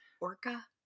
Orca